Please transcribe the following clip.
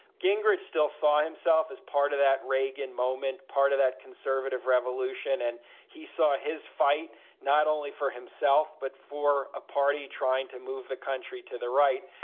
gingrich still saw himself as part of that reagan moment, part of that conservative revolution, and he saw his fight not only for himself, but for a party trying to move the country to the right.